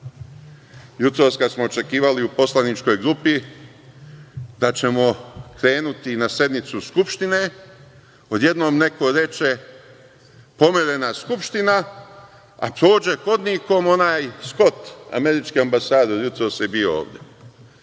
Jutros kada smo očekivali u poslaničkoj grupi da ćemo krenuti na sednicu Skupštine, odjednom neko reče – pomerena Skupština, a prođe hodnikom onaj Skot, američki ambasador, jutros je bio ovde.